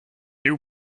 new